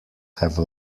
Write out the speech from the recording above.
have